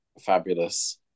fabulous